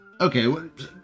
Okay